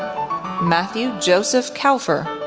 matthew josef kaufer,